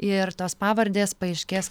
ir tos pavardės paaiškės